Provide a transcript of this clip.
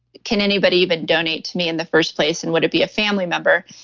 can anybody even donate to me in the first place and would it be a family member?